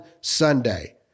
Sunday